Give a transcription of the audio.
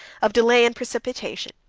of delay and precipitation,